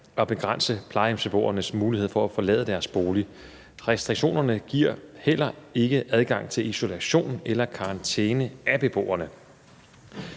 at begrænse plejehjemsbeboernes mulighed for at forlade deres bolig. Restriktionerne giver heller ikke adgang til isolation eller karantæne af beboerne.